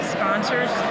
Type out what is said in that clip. sponsors